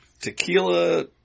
tequila